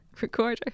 Recorder